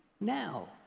now